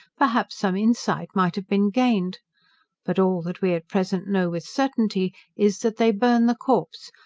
perhaps, some insight might have been gained but all that we at present know with certainty is, that they burn the corpse,